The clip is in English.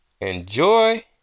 Enjoy